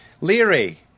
Leary